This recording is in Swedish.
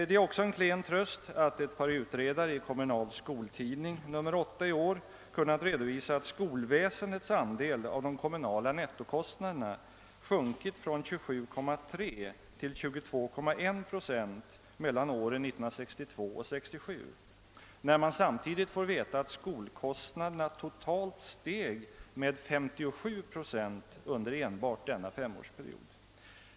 Det är också en klen tröst att ett par utredare i Kommunal Skoltidning, nr 8 för i år, kunnat redovisa att skolväsendets andel av de kommunala nettokostnaderna sjunkit från 27,3 till 22,1 procent under åren 1962—1967, när skolkostnaderna samtidigt totalt steg med 57 procent under enbart denna femårsperiod.